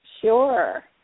Sure